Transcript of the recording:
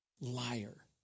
Liar